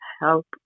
help